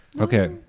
Okay